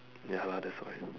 ya lah that's why